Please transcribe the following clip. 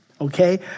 okay